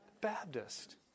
Baptist